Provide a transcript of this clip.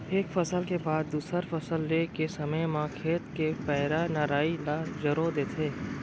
एक फसल के बाद दूसर फसल ले के समे म खेत के पैरा, नराई ल जरो देथे